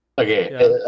okay